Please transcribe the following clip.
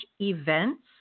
events